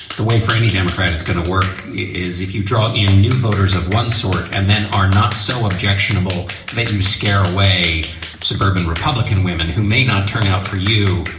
the way for any democrat it's going to work is if you draw in new voters of one sort. and then are not so objectionable that you scare away suburban republican women who may not turn out for you,